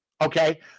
Okay